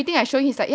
um